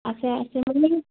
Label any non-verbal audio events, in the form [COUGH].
আছে আছে [UNINTELLIGIBLE]